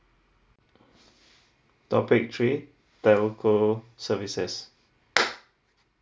topic three telco services